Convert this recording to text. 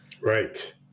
Right